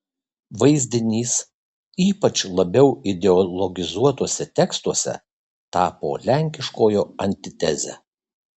vaizdinys ypač labiau ideologizuotuose tekstuose tapo lenkiškojo antiteze